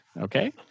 Okay